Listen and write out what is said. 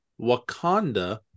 Wakanda